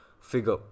figure